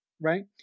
right